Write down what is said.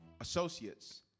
associates